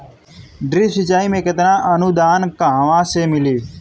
Drip सिंचाई मे केतना अनुदान कहवा से मिली?